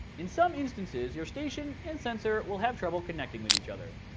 in some instances your station and sensor will have trouble connecting with each other.